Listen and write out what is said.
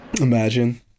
Imagine